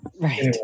Right